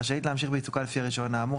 רשאית להמשיך בעיסוקה לפי הרישיון האמור,